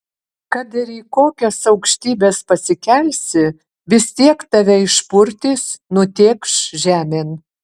kad ir į kokias aukštybes pasikelsi vis tiek tave išpurtys nutėkš žemėn